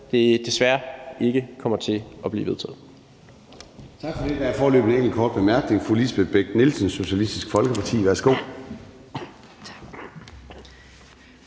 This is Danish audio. her, desværre ikke kommer til at blive vedtaget.